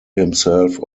himself